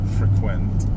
frequent